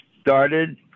started